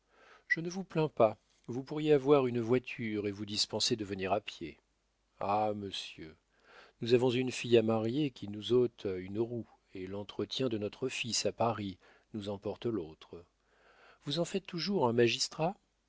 je ne vous plains pas vous pourriez avoir une voiture et vous dispenser de venir à pied ah monsieur nous avons une fille à marier qui nous ôte une roue et l'entretien de notre fils à paris nous emporte l'autre vous en faites toujours un magistrat